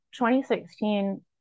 2016